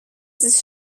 des